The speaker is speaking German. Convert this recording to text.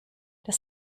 das